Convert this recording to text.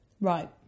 Right